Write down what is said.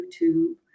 YouTube